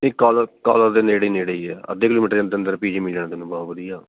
ਅਤੇ college college ਦੇ ਨੇੜੇ ਨੇੜੇ ਹੀ ਹੈ ਅੱਧੇ ਕਿਲੋਮੀਟਰ ਦੇ ਅੰਦਰ ਅੰਦਰ ਪੀਜੀ ਮਿਲ ਜਾਣਾ ਤੈਨੂੰ ਬਹੁਤ ਵਧੀਆ